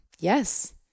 Yes